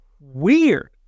weird